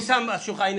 אני שם על השולחן,